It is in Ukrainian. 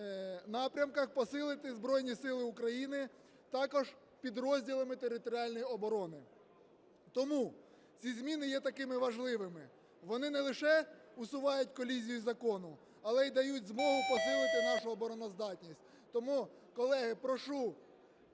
напрямках посилити Збройні Сили України також підрозділами територіальної оборони. Тому ці зміни є такими важливими, вони не лише усувають колізії закону, але і дають змогу полити нашу обороноздатність. Тому, колеги, прошу